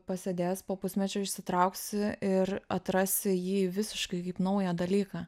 pasėdėjęs po pusmečio išsitrauksi ir atrasi jį visiškai kaip naują dalyką